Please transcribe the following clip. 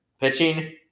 Pitching